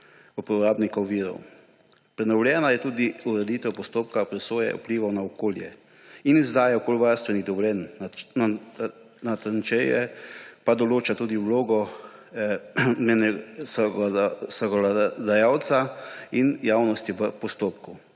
uporabnikov virov. Prenovljena je tudi ureditev postopka presoje vplivov na okolje in izdaje okoljevarstvenih dovoljenj, natančneje pa določa tudi vlogo zakonodajalca in javnosti v postopku.